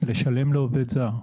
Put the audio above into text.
לשלם לעובד זר.